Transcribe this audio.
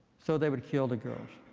so they would kill the girls.